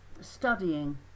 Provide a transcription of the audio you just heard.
studying